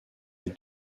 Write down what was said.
est